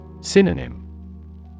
Synonym